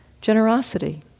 Generosity